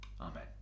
Amen